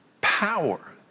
power